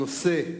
הנושא: